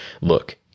Look